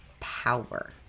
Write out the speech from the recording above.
Power